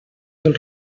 del